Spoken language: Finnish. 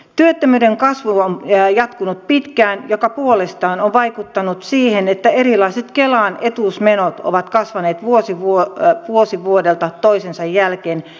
työttömyyden kasvu on jatkunut pitkään mikä puolestaan on vaikuttanut siihen että erilaiset kelan etuusmenot ovat kasvaneet vuosi vuodelta vuosi toisensa jälkeen